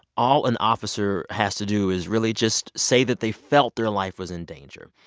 all an officer has to do is really just say that they felt their life was in danger.